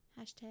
Hashtag